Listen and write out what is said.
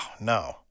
no